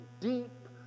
deep